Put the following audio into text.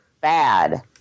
bad